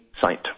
site